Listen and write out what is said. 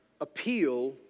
appeal